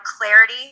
clarity